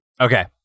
Okay